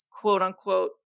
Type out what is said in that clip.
quote-unquote